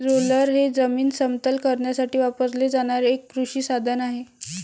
roller हे जमीन समतल करण्यासाठी वापरले जाणारे एक कृषी साधन आहे